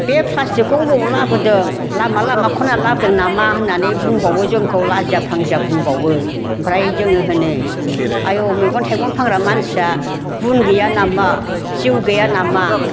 बे प्लास्टिकखौ बबेयाव लाबोदों लामा लामा खन्नानै लाबोदों नामा होननानै बुंबावो जोंखौ लाजिया फांजिया बुंबावो ओमफ्राय जोंङो होनो आइयौ मैगं थायगं फानग्रा मानसिया गुन गैया नामा जिउ गैया नामा